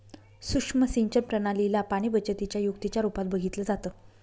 सुक्ष्म सिंचन प्रणाली ला पाणीबचतीच्या युक्तीच्या रूपात बघितलं जातं